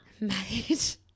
Mate